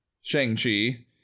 Shang-Chi